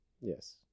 Yes